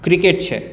cricket છે